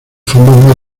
fondos